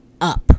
up